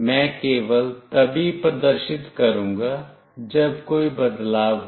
मैं केवल तभी प्रदर्शित करूंगा जब कोई बदलाव हो